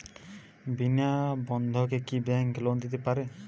বিনা বন্ধকে কি bank loan দিতে পারে?